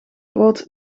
groot